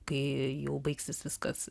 kai jau baigsis viskas